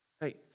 Hey